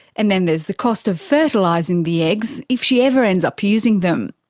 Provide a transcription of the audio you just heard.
and then there's the cost of fertilising the eggs if she ever ends up using them.